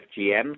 FGM